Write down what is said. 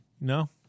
no